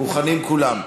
מוכנים כולם.